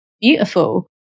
beautiful